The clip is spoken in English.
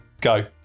Go